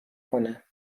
کنم